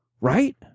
Right